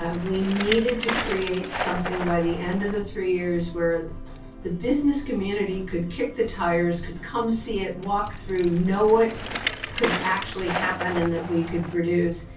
we needed to create something by the end of the three years where the business community could kick the tires, could come see it, walk through, know it could actually happen and that we could produce.